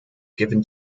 given